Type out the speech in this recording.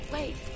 Wait